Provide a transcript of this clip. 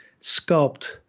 sculpt